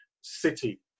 City